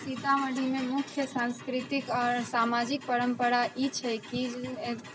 सीतामढ़ीमे मुख्य सांस्कृतिक आओर सामाजिक परम्परा ई छै कि